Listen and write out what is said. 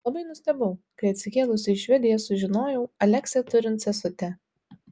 labai nustebau kai atsikėlusi į švediją sužinojau aleksę turint sesutę